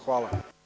Hvala.